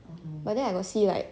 but then I don't see like